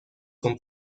con